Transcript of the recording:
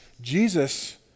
Jesus